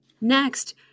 Next